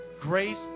Grace